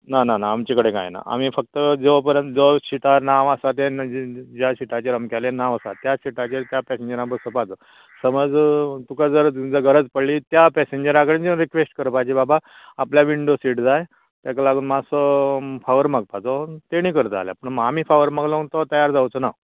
ना ना ना आमचे कडेन कांय ना आमी फक्त जो पर्यंत जो सिटार नांव आसा जें ज्या सिटाचेर अमक्यालें नांव आसा त्या सिटाचेर त्या पेसेंजराक बसोवपाचो समज तुका जर गरज पडली त्या पेसेंजराक कडेन तुवें रिक्वेस्ट करपाची की बाबा आपल्याक विंडो सीट जाय तेका लागून मात्सो फावोर मागपाचो तेणी करता जाल्यार पूण आमी फावोर मागलो म्हूण तो तयार जावचो ना